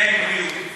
אין בריאות.